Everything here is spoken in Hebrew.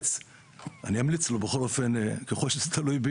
ככל שאין 1,